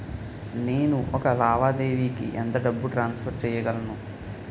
నేను ఒక లావాదేవీకి ఎంత డబ్బు ట్రాన్సఫర్ చేయగలను?